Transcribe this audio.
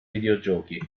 videogiochi